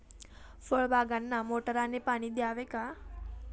फळबागांना मोटारने पाणी द्यावे का?